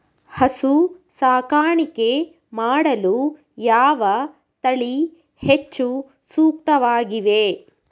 ಹಸು ಸಾಕಾಣಿಕೆ ಮಾಡಲು ಯಾವ ತಳಿ ಹೆಚ್ಚು ಸೂಕ್ತವಾಗಿವೆ?